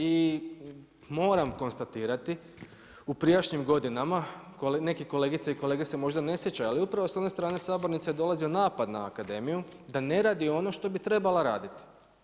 I moram konstatirati u prijašnjim godinama neki kolegice i kolege se možda ne sjećaju, ali upravo sa one strane sabornice je dolazio napad na akademiju da ne radi ono što bi trebala raditi.